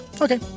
okay